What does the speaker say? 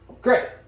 Great